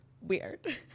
weird